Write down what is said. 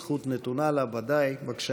הזכות נתונה לה, בוודאי.